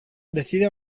decide